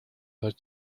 dos